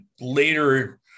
later